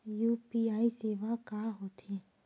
UPI सेवा का होथे?